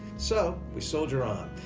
so we soldier on.